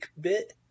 bit